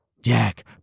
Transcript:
Jack